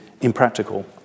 impractical